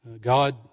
God